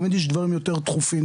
תמיד יש דברים יותר דחופים.